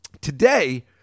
today